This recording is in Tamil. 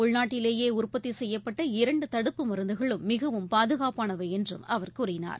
உள்நாட்டிலேயே உற்பத்தி செய்யப்பட்ட இரண்டு தடுப்பு மருந்துகளும் மிகவும் பாதுகாப்பானவை என்றும் அவர் கூறினார்